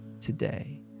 today